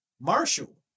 Marshall